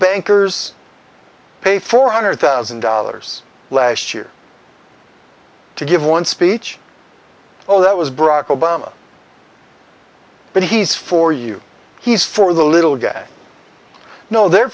bankers pay four hundred thousand dollars last year to give one speech all that was brock obama but he's for you he's for the little guy no the